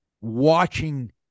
watching